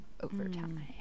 overtime